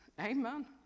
Amen